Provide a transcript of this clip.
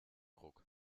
ruck